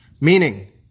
Meaning